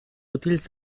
útils